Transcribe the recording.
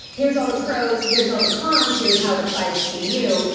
here's all the pros. here's all the cons. here's how it applies to you,